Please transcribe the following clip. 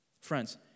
Friends